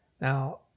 Now